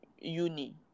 uni